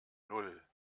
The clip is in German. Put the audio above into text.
null